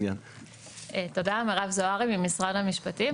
משרד המשפטים.